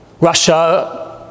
Russia